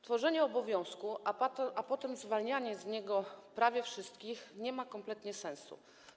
Tworzenie obowiązku, a potem zwalnianie z niego prawie wszystkich nie ma kompletnie sensu.